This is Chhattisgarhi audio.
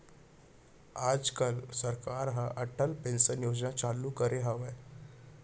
आज काल सरकार ह अटल पेंसन योजना चालू करे हवय